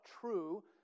true